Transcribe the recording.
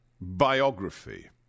biography